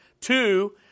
Two